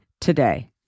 today